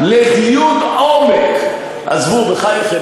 עזבו, בחייכם.